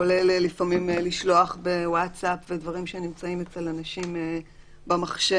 כולל לפעמים לשלוח בווצאפ ודברים שנמצאים אצל אנשים במחשב,